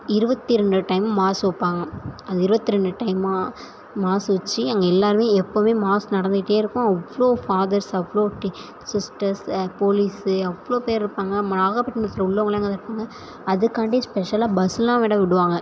இருபத்தி ரெண்டு time mass வைப்பாங்க அது இருபத்தி ரெண்டு டைமாக மாஸு வெச்சி அங்கே எல்லோருமே எப்போதுமே மாஸ் நடந்துக்கிட்டே இருக்கும் அவ்வளோ ஃபாதர்ஸ் அவ்வளோ டி சிஸ்டர்ஸ் போலீஸு அவ்வளோ பேர் இருப்பாங்க ம நாகப்பட்டினத்தில் உள்ளவங்கள்லாம் அங்கே தான் இருப்பாங்க அதுக்காண்டி ஸ்பெஷலாக பஸ்ஸுலாம் வேறு விடுவாங்க